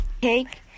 cake